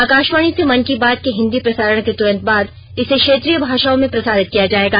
आकाशवाणी से मन की बात के हिंदी प्रसारण के तुरन्त बाद इसे क्षेत्रीय भाषाओं में प्रसारित किया जाएगा